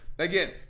Again